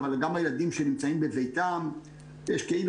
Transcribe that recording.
אבל גם לילדים שנמצאים בביתם יש כאילו